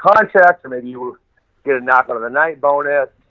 contract, and maybe you get a knock over the night bonus,